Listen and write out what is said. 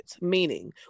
Meaning